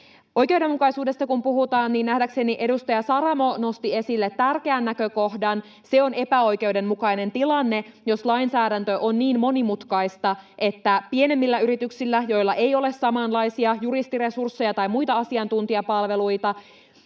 Oikeudenmukaisuudesta kun puhutaan, niin nähdäkseni edustaja Saramo nosti esille tärkeän näkökohdan. Se on epäoikeudenmukainen tilanne, jos lainsäädäntö on niin monimutkaista, että pienemmillä yrityksillä, joilla ei ole samanlaisia juristiresursseja tai muita asiantuntijapalveluita,